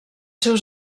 seus